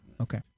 Okay